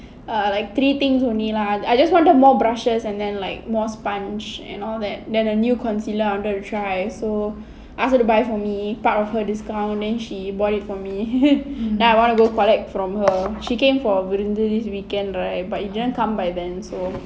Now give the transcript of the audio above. err like three things only lah I just wanted more brushes and like more sponge and all that and a new concealer I wanted to try so ask her to buy for me part of her discount then she bought it for me then I wanna go collect from her she came for this weekend right but it didn't come by then so